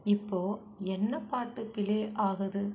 இப்போ என்ன பாட்டு பிளே ஆகுது